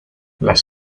las